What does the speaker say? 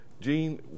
Gene